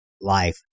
life